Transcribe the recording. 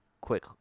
quick